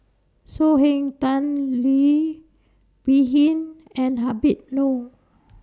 So Heng Tan Leo Wee Hin and Habib Noh